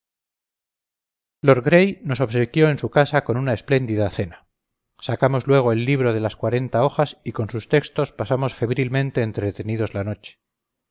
nos obsequió en su casa con una espléndida cena sacamos luego el libro de las cuarenta hojas y con sus textos pasamos febrilmente entretenidos la noche